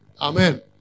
Amen